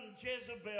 Jezebel